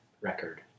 record